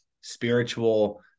spiritual